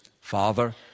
Father